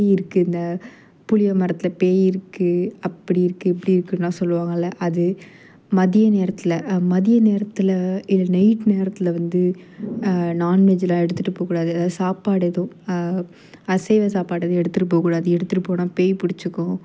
பேய் இருக்குது இந்த புளியமரத்தில் பேய் இருக்குது அப்படி இருக்குது இப்படி இருக்குதுன்லாம் சொல்லுவாங்கள்ல அது மதிய நேரத்தில் மதிய நேரத்தில் இல்லை நைட் நேரத்தில் வந்து நாண்வெஜ்ஜெலாம் எடுத்துகிட்டு போகக்கூடாது அதாவது சாப்பாடு எதுவும் அசைவ சாப்பாடு எதுவும் எடுத்துகிட்டு போகக்கூடாது எடுத்துகிட்டு போனால் பேய் பிடிச்சுக்கும்